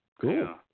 cool